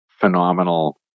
phenomenal